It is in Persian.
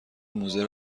موزه